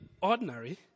ordinary